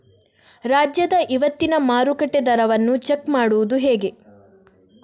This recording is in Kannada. ರಾಜ್ಯದ ಇವತ್ತಿನ ಮಾರುಕಟ್ಟೆ ದರವನ್ನ ಚೆಕ್ ಮಾಡುವುದು ಹೇಗೆ?